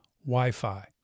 Wi-Fi